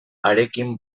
harekin